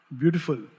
beautiful